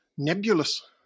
Nebulous